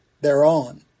thereon